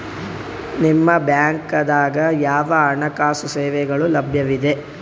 ನಿಮ ಬ್ಯಾಂಕ ದಾಗ ಯಾವ ಹಣಕಾಸು ಸೇವೆಗಳು ಲಭ್ಯವಿದೆ?